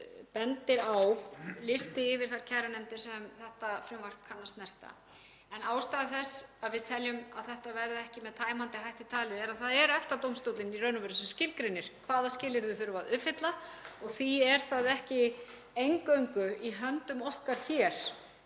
bendir á, listi yfir þær kærunefndir sem þetta frumvarp kann að snerta. En ástæða þess að við teljum að þetta verði ekki með tæmandi hætti talið er að það er EFTA-dómstóllinn sem skilgreinir hvaða skilyrði þurfi að uppfylla og því er það ekki eingöngu í höndum okkar hér